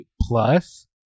plus